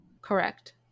Correct